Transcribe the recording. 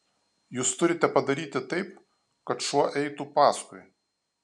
jūs turite padaryti taip kad šuo eitų paskui